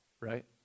right